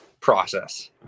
process